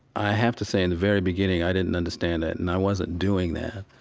i have to say in the very beginning, i didn't understand that and i wasn't doing that.